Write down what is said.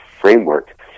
framework